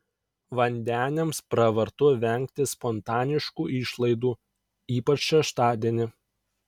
vandeniams pravartu vengti spontaniškų išlaidų ypač šeštadienį